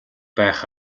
байх